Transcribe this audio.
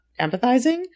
empathizing